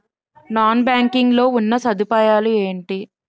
Non banking లో ఉన్నా సదుపాయాలు ఎంటి?